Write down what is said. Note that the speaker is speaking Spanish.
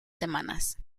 semanas